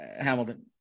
Hamilton